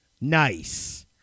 Nice